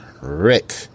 Rick